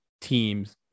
teams